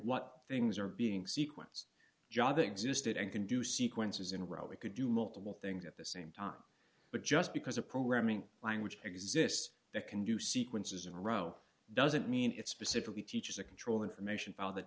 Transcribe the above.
what things are being sequence job existed and can do sequences in a row we could do multiple things at the same time but just because a programming language exists that can do sequences in a row doesn't mean it's specifically teaches a control information